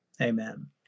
Amen